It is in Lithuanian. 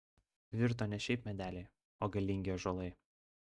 virto ne šiaip medeliai o galingi ąžuolai